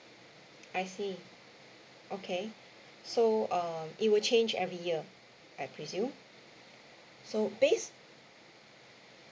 I see okay so uh it will change every year I presume so based